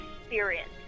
experience